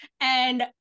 and-